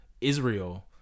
Israel